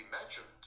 imagined